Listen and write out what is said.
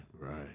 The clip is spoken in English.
right